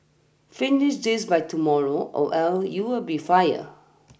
finish this by tomorrow or else you will be fire